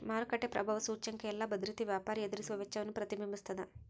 ಮಾರುಕಟ್ಟೆ ಪ್ರಭಾವ ಸೂಚ್ಯಂಕ ಎಲ್ಲಾ ಭದ್ರತೆಯ ವ್ಯಾಪಾರಿ ಎದುರಿಸುವ ವೆಚ್ಚವನ್ನ ಪ್ರತಿಬಿಂಬಿಸ್ತದ